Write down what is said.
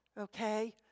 okay